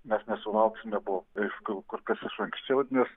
mes nesulauksime buvo kur kas iš anksčiau nes